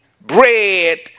bread